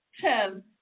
ten